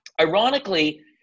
ironically